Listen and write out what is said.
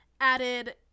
added